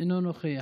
אינו נוכח.